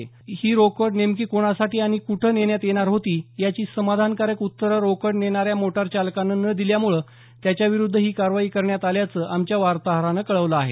असुन ही रोकड नेमकी कोणासाठी आणि कूठं नेण्यात येणार होती याची समाधानरकारक उत्तरं रोकड नेणाऱ्या मोटार चालकानं न दिल्यामुळं त्यांच्याविरुद्ध ही कारवाई करण्यात आल्याचं आमच्या वार्ताहरानं कळवलं आहे